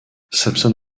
samson